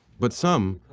but some,